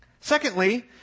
Secondly